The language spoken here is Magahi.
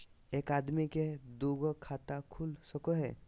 एक आदमी के दू गो खाता खुल सको है?